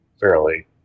fairly